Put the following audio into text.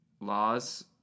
laws